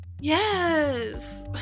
Yes